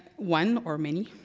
one or many,